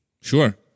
Sure